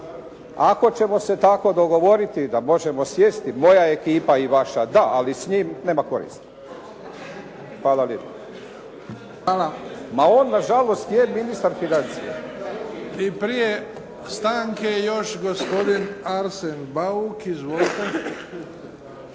ako ćemo se tako dogovoriti da možemo sjesti moja ekipa i vaša da ali s njim nema koristi. Hvala lijepa. **Bebić, Luka (HDZ)** Hvala. I prije stanke još gospodin Arsen Bauk. Izvolite.